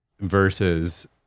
versus